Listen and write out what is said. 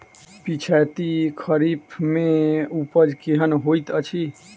पिछैती खरीफ मे उपज केहन होइत अछि?